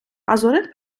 азурит